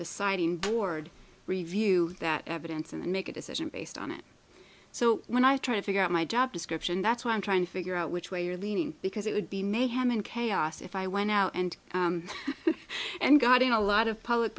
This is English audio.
deciding board review that evidence and make a decision based on it so when i try to figure out my job description that's what i'm trying to figure out which way you're leaning because it would be mayhem and chaos if i went out and and got in a lot of public